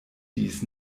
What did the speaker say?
dies